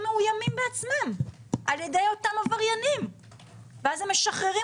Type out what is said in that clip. מאוימים בעצמם על ידי אותם עבריינים ואז הם משחררים